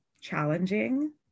challenging